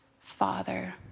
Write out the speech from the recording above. Father